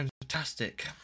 Fantastic